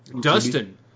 Dustin